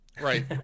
right